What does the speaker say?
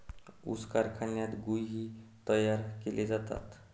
ऊस कारखान्यात गुळ ही तयार केले जातात